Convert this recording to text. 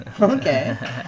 Okay